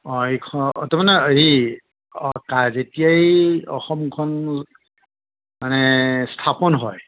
অঁ এইখ তাৰমানে হেৰি অঁ কা যেতিয়াই অসমখন মানে স্থাপন হয়